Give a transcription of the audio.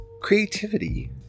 Creativity